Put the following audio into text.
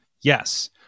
Yes